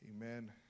Amen